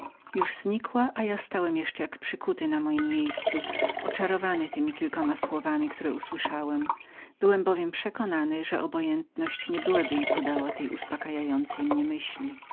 już była znikła a ja stałem jeszcze jak przykuty na mojem miejscu oczarowany temi kilkoma słowami które usłyszałem byłem bowiem przekonanym że obojętność nie byłaby jej podała tej uspokajającej mnie myśli